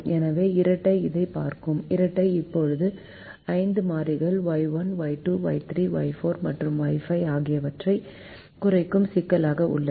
எனவே இரட்டை இதைப் பார்க்கும் இரட்டை இப்போது 5 மாறிகள் Y1 Y2 Y3 Y4 மற்றும் Y5 ஆகியவற்றைக் குறைக்கும் சிக்கலாக உள்ளது